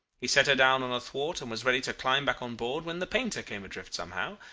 he set her down on a thwart, and was ready to climb back on board when the painter came adrift somehow,